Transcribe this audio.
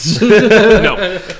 No